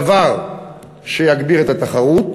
דבר שיגביר את התחרות,